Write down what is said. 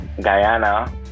guyana